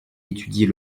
étudier